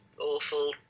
awful